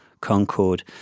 Concorde